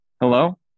Hello